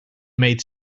made